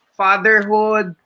fatherhood